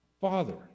Father